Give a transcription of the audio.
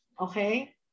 Okay